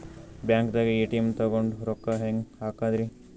ಬ್ಯಾಂಕ್ದಾಗ ಎ.ಟಿ.ಎಂ ತಗೊಂಡ್ ರೊಕ್ಕ ಹೆಂಗ್ ಹಾಕದ್ರಿ?